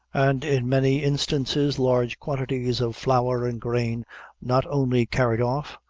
and in many instances large quantities of flour and grain not only carried off,